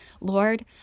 Lord